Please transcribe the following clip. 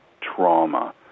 trauma